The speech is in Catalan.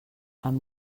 amb